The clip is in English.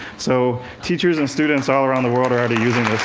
so teachers and students all around the world are already using